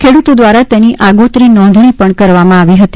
ખેડૂતો દ્વારા તેની આગોતરી નોંધણી કરવામાં આવી હતી